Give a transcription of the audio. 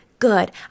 Good